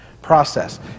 process